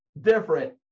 different